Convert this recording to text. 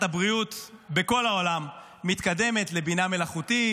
הבריאות בכל העולם מתקדמת לבינה מלאכותית,